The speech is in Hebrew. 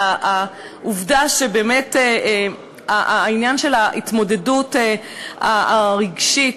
נוסף העניין של ההתמודדות הרגשית,